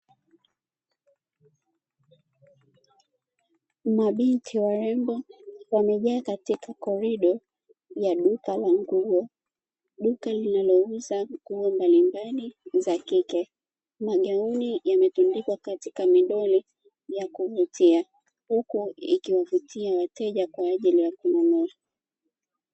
Mabinti warembo wamejaa katika korido ya duka la nguo, duka linalouza nguo mbalimbali za kike. Magauni yametundikwa katika midoli ya kuvutia, huku ikiwavutia wateja kwa ajili ya kununua.